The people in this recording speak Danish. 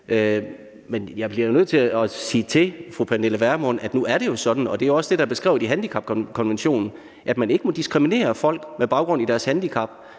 Men jeg bliver nødt til at sige til fru Pernille Vermund, at nu er det jo sådan – og det er også det, der er beskrevet i handicapkonventionen – at man ikke må diskriminere folk med baggrund i deres handicap.